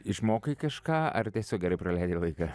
išmokai kažką ar tiesiog gerai praleidai laiką